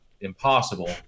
impossible